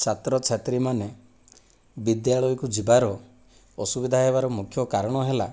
ଛାତ୍ରଛାତ୍ରୀମାନେ ବିଦ୍ୟାଳୟକୁ ଯିବାର ଅସୁବିଧା ହେବାର ମୁଖ୍ୟ କାରଣ ହେଲା